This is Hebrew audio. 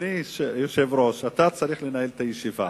אדוני היושב-ראש, אתה צריך לנהל את הישיבה.